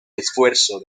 esfuerzo